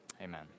Amen